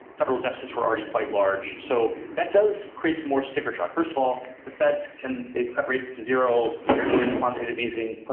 federal deficits were already quite large. so that does create more sticker shock. first of all, the fed can cut rates to zero. they're doing quantitative easing,